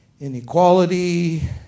inequality